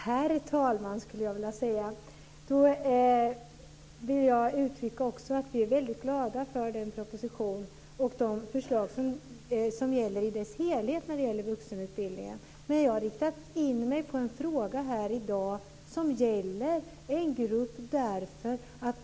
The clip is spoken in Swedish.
Herr talman! Vi är väldigt glada för propositionen och förslagen som helhet när det gäller vuxenutbildningen. Men jag har här i dag riktat in mig på en fråga som gäller en grupp.